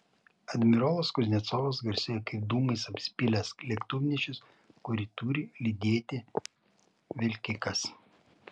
admirolas kuznecovas garsėjo kaip dūmais apsipylęs lėktuvnešis kurį turi lydėti vilkikas